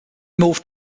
moved